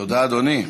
תודה, אדוני.